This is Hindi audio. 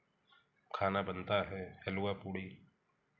खाना बनता है हिलवा पूड़ी